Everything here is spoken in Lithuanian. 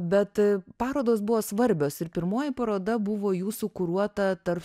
bet parodos buvo svarbios ir pirmoji paroda buvo jūsų kuruota tars